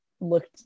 looked